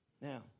Now